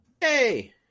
Hey